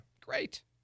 Great